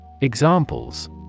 Examples